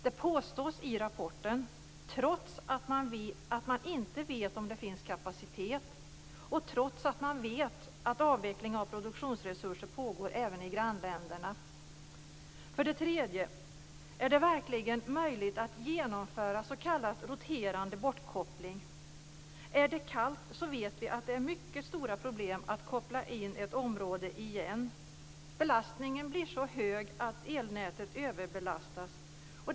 Det påstås i rapporten: trots att man inte vet om det finns kapacitet och trots att man vet att avveckling av produktionsresurser pågår även i grannländerna. För det tredje: Är det verkligen möjligt att genomföra s.k. roterande bortkoppling? Är det kallt vet vi att det är ett mycket stort problem att koppla in ett område igen. Belastningen blir så hög att elnätet överbelastas.